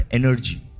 energy